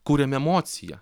kuriam emociją